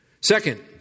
Second